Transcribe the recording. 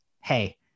Hey